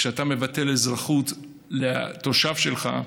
כשאתה מבטל אזרחות לתושב שלך,